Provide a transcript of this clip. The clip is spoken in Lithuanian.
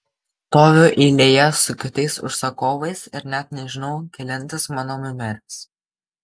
stoviu eilėje su kitais užsakovais ir net nežinau kelintas mano numeris